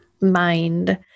mind